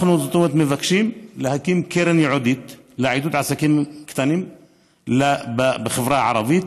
אנחנו מבקשים להקים קרן ייעודית לעידוד עסקים קטנים בחברה הערבית,